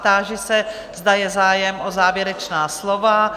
Táži se, zda je zájem o závěrečná slova.